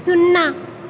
शुन्ना